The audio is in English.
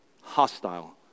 hostile